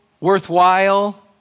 worthwhile